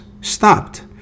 stopped